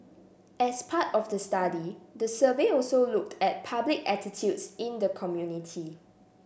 as part of the study the survey also looked at public attitudes in the community